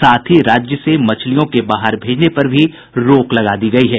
साथ ही राज्य से मछलियों के बाहर भेजने पर भी रोक लगा दी गयी है